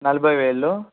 నలభై వేలు